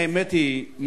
האמת היא,